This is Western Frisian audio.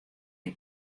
hie